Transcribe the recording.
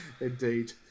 indeed